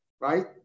right